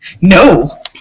No